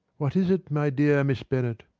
what is it, my dear miss bennet?